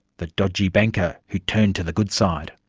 the dodgy banker who turned to the good side.